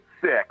six